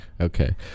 okay